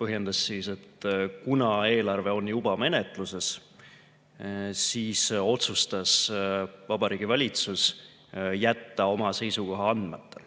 põhjendas, et kuna eelarve on juba menetluses, siis on Vabariigi Valitsus otsustanud jätta oma seisukoha andmata.